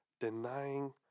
denying